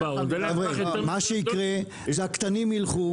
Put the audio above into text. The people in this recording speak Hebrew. מה שיקרה זה שהקטנים יילכו,